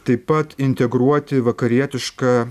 taip pat integruoti vakarietišką